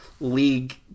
league